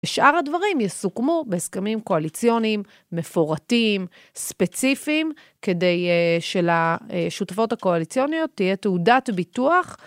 ושאר הדברים יסוכמו בהסכמים קואליציוניים. מפורטים, ספציפיים, כדי שלשותפות הקואליציוניות תהיה תעודת ביטוח